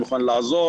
אני מוכן לעזור